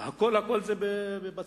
הכול בצפון.